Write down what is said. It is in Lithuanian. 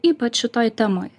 ypač šitoj temoje